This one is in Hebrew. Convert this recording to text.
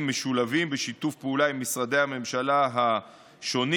משולבים בשיתוף פעולה עם משרדי הממשלה השונים.